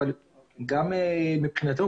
אבל גם מבחינתנו,